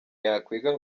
yakwiga